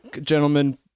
Gentlemen